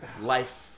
Life